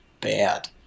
bad